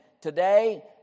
today